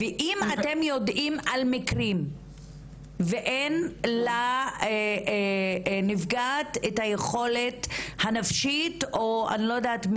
אם אתם יודעים על מקרים ואין לנפגעת את היכולת הנפשית או אני לא יודעת,